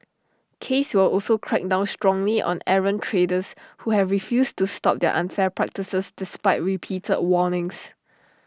case will also crack down strongly on errant traders who have refused to stop their unfair practices despite repeated warnings